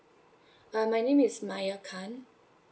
uh my name is maya khan